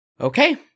Okay